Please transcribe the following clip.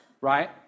Right